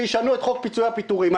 שישנו את חוק פיצויי הפיטורים.